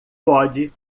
pode